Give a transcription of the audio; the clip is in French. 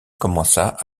commença